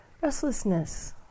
restlessness